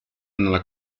nella